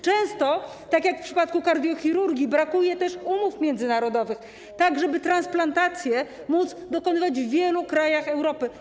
Często, tak jak w przypadku kardiochirurgii, brakuje też umów międzynarodowych, tak żeby transplantacji móc dokonywać w wielu krajach Europy.